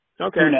Okay